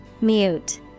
Mute